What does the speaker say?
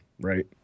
right